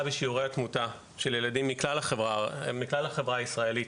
בשיעורי התמותה של ילדים מכלל החברה הישראלית,